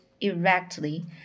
erectly